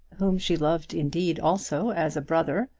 whom she loved indeed also as a brother,